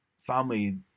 family